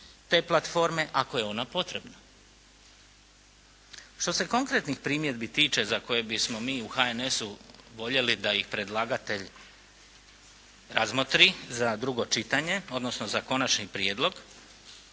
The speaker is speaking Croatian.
te platforme ako je ona potrebna. Što se konkretnih primjedbi tiče za koje bismo mi u HNS-u voljeli da ih predlagatelj razmotri za drugo čitanje, odnosno za konačni prijedlog,